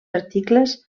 articles